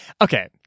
okay